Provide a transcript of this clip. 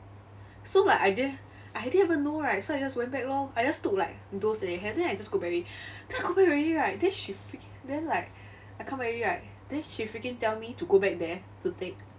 so like I didn't I didn't even know right so I just went back lor I just took like those that they have then I just go back already right then I go back already right she freaking then like I come back already right then she freaking tell me to go back there to take